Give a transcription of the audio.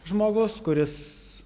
žmogus kuris